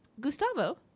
Gustavo